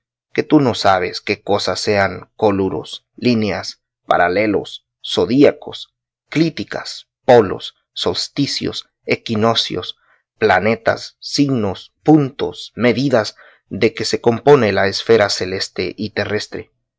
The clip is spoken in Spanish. que tú no sabes qué cosa sean coluros líneas paralelos zodíacos clíticas polos solsticios equinocios planetas signos puntos medidas de que se compone la esfera celeste y terrestre